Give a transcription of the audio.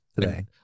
today